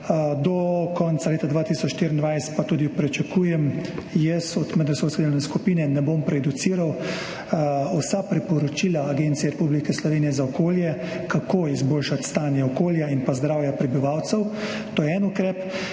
Do konca leta 2024 pa tudi pričakujem od medresorske delovne skupine, ne bom prejudiciral, vsa priporočila Agencije Republike Slovenije za okolje, kako izboljšati stanje okolja in pa zdravja prebivalcev. To je en ukrep.